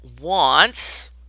wants